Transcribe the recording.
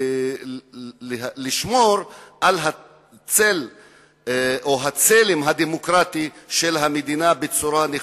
וברצונם לשמור על הצלם הדמוקרטי של המדינה בצורה נכונה.